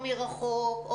או מרחוק,